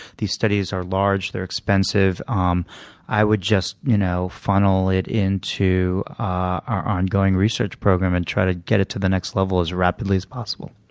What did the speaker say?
these studies are large they're expensive. um i would just you know funnel it into our ongoing research program and try to get it to the next level as rapidly as possible.